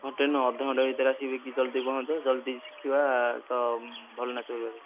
ଘଣ୍ଟେ ନୁହଁ ଅଧଘଣ୍ଟା ଭିତରେ ଆସି ବେଗି ଜଲ୍ଦି ପହଞ୍ଚ ଜଲ୍ଦି ଶିଖିବା ତ ଭଲ ନାଚ ହୋଇପାରିବ